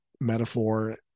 metaphor